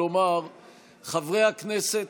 שחברי הכנסת,